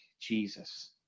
Jesus